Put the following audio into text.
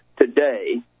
today